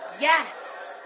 yes